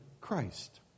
Christ